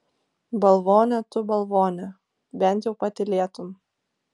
balvone tu balvone bent jau patylėtum